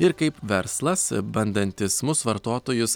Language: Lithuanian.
ir kaip verslas bandantis mus vartotojus